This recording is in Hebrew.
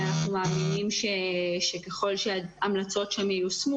ואנחנו מאמינים שככל שההמלצות שם ייושמו